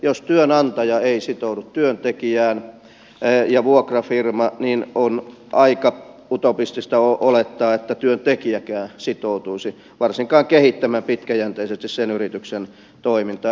jos työnantaja ja vuokrafirma eivät sitoudu työntekijään on aika utopistista olettaa että työntekijäkään sitoutuisi varsinkaan kehittämään pitkäjänteisesti sen yrityksen toimintaa